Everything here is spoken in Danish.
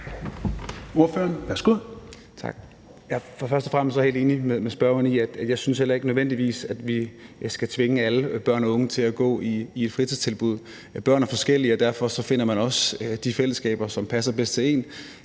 er jeg helt enig med spørgeren i, at man ikke nødvendigvis skal tvinge alle børn og unge til at gå i et fritidstilbud. Børn er forskellige, og derfor finder man også de fællesskaber, som passer bedst til en.